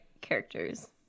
characters